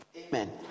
Amen